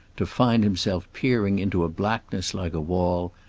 to find himself peering into a blackness like a wall,